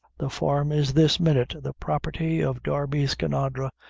the farm is this minute the property of darby skinadre,